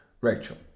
Rachel